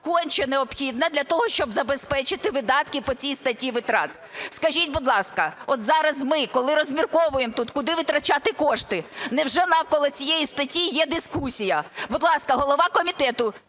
конче необхідна для того, щоб забезпечити видатки по цій статті витрат. Скажіть, будь ласка, от зараз ми, коли розмірковуємо тут куди витрачати кошти, невже навколо цієї статті є дискусія? Будь ласка, голова комітету